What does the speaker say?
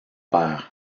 père